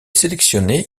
sélectionné